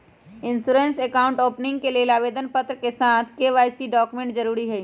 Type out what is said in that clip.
insurance account opening के लेल आवेदन पत्र के साथ के.वाई.सी डॉक्यूमेंट जरुरी हइ